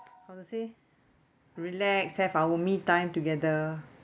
how to say relax have our me time together